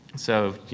so,